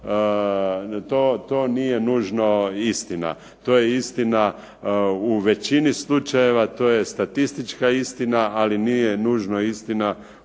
to nije nužno istina. To je istina u većini slučajeva, to je statistička istina, ali nije nužno istina u